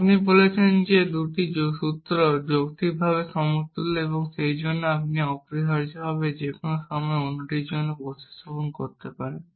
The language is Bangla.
আপনি বলছেন যে দুটি সূত্র যৌক্তিকভাবে সমতুল্য এবং সেইজন্য আপনি অপরিহার্যভাবে যেকোনো সময় অন্যটির জন্য একটি প্রতিস্থাপন করতে পারেন